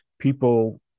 people